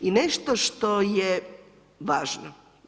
I nešto što je važno.